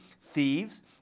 thieves